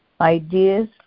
Ideas